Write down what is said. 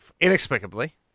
inexplicably